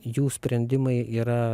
jų sprendimai yra